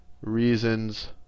reasons